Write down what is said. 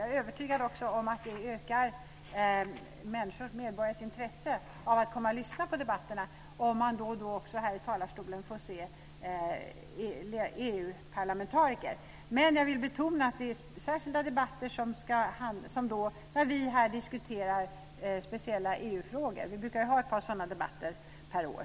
Jag är också övertygad om att det ökar människors och medborgares intresse av att komma och lyssna på debatterna om man då och då i talarstolen också får se EU-parlamentariker. Men jag vill betona att det gäller särskilda debatter, som de vi för när vi diskuterar speciella EU-frågor här. Vi brukar ju ha ett par sådana debatter per år.